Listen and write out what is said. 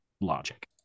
logic